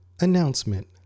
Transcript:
announcement